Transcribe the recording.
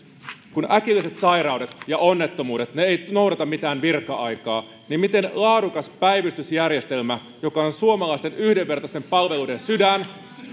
kun äkilliset sairaudet ja onnettomuudet eivät noudata mitään virka aikaa niin miten laadukas päivystysjärjestelmä joka on suomalaisten yhdenvertaisten palveluiden sydän